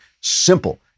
simple